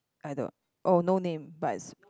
oh no name but it's